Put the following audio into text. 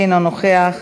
אינו נוכח,